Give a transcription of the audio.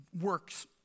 works